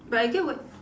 but I get what